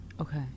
okay